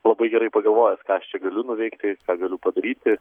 labai gerai pagalvojęs ką aš galiu nuveikti ką galiu padaryti